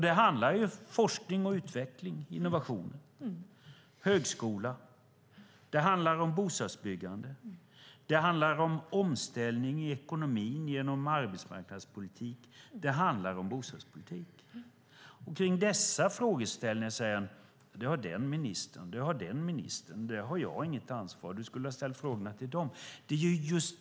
Det handlar om forskning och utveckling, om innovationer, om högskola, om bostadsbyggande, om en omställning i ekonomin genom arbetsmarknadspolitiken samt om bostadspolitiken. Kring dessa frågeställningar heter det: Du har den ministern. Du har den ministern. Jag har inget ansvar. Du skulle ha ställt frågorna till de andra ministrarna.